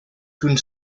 toen